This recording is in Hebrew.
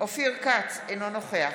אופיר כץ, אינו נוכח